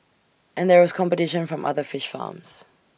and there was competition from other fish farms